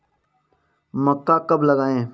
मक्का कब लगाएँ?